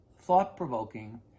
thought-provoking